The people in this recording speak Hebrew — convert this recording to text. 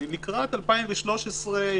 לקראת 2013,